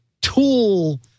tool